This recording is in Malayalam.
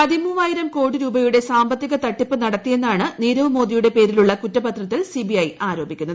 പതിമൂവായിരം കോടി രൂപയുടെ സാമ്പത്തിക തട്ടിപ്പ് നടത്തിയെന്നാണ് നീരവ് മോദിയുടെ പേരിലുള്ള കുറ്റപത്രത്തിൽ സി ബി ഐ ആരോപിക്കുന്നത്